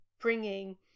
bringing